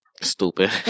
Stupid